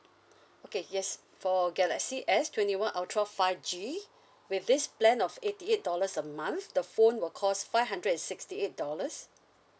okay yes for galaxy S twenty one ultra five G with this plan of eighty eight dollars a month the phone will cost five hundred and sixty eight dollars